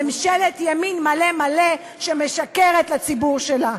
ממשלת ימין מלא מלא שמשקרת לציבור שלה.